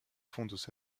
fondent